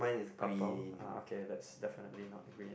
purple uh okay that's definitely not green